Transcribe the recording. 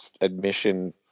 admission